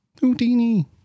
Houdini